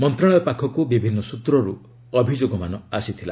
ମନ୍ତ୍ରଣାଳୟ ପାଖକୁ ବିଭିନ୍ନ ସୂତ୍ରରୁ ଅଭିଯୋଗମାନ ଆସିଥିଲା